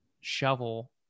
shovel